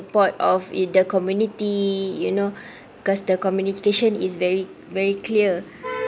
~port of the community you know cause the communication is very very clear